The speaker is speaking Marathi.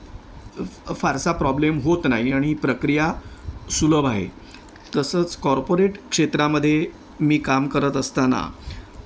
फारसा प्रॉब्लेम होत नाही आणि प्रक्रिया सुलभ आहे तसंच कॉर्पोरेट क्षेत्रामध्ये मी काम करत असताना